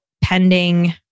pending